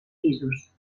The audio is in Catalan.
pisos